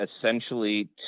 essentially